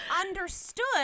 understood